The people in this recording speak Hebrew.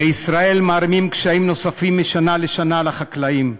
בישראל מערימים קשיים נוספים משנה לשנה על החקלאים.